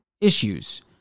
issues